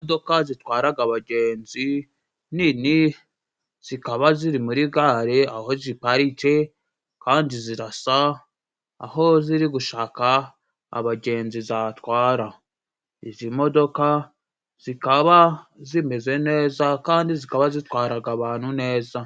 Imodoka zitwaraga abagenzi nini zikaba ziri muri gare, aho ziparitse kandi zirasa, aho ziri gushaka abagenzi zatwara. Izi modoka zikaba zimeze neza kandi zikaba zitwaraga abantu neza.